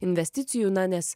investicijų na nes